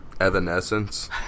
evanescence